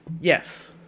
yes